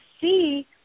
see